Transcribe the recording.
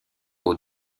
aux